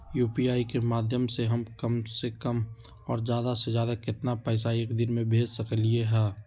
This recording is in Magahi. यू.पी.आई के माध्यम से हम कम से कम और ज्यादा से ज्यादा केतना पैसा एक दिन में भेज सकलियै ह?